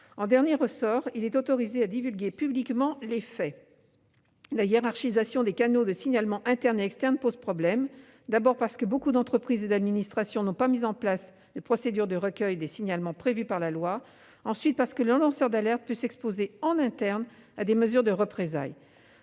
En dernier ressort, il est autorisé à divulguer publiquement les faits. La hiérarchisation des canaux de signalement interne et externe pose problème, d'abord parce que beaucoup d'entreprises et d'administrations n'ont pas mis en place la procédure de recueil des signalements prévue par la loi, ensuite parce que le lanceur d'alerte peut s'exposer en interne à des mesures de représailles.